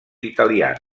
italians